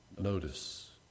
notice